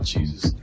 Jesus